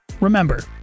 Remember